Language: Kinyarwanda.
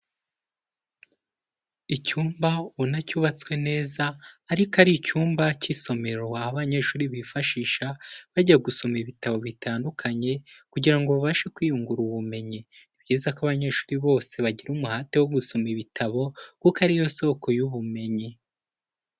Icyumba ubona ko cyubatswe neza ariko ari icyumba cy'isomero aho abanyeshuri bifashisha bajya gusoma ibitabo bitandukanye kugira ngo babashe kwiyungura ubumenyi, ni byiza ko abanyeshuri bose bagira umuhate wo gusoma ibitabo kuko ariyo soko y'ubumenyi.